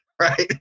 right